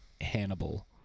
Hannibal